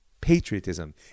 patriotism